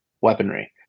weaponry